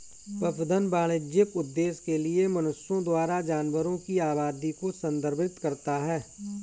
पशुधन वाणिज्यिक उद्देश्य के लिए मनुष्यों द्वारा जानवरों की आबादी को संदर्भित करता है